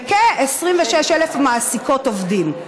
וכ-26,000 מעסיקות עובדים.